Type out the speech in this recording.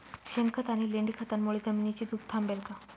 शेणखत आणि लेंडी खतांमुळे जमिनीची धूप थांबेल का?